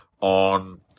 on